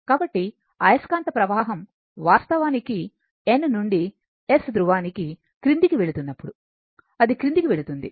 కాబట్టి అయస్కాంత ప్రవాహం వాస్తవానికి N నుండి S ధృవానికి క్రిందికి వెళుతున్నప్పుడు అది క్రిందికి వెళుతుంది